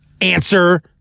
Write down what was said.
answer